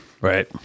Right